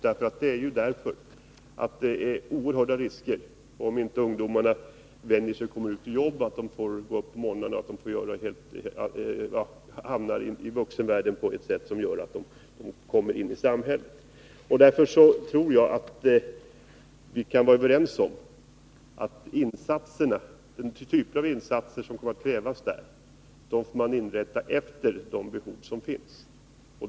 Skälet känner vi alla till: Det finns oerhörda risker om inte ungdomarna vänjer sig vid att komma till ett jobb, att gå upp på morgnarna och hamna i vuxenvärlden på ett sätt som gör att de fungerar i samhället. Därför tror jag att vi kan vara överens om att den typ av insatser som kommer att krävas får man inrätta efter de behov som finns.